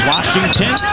Washington